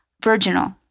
virginal